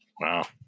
Wow